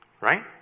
Right